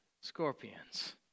scorpions